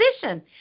position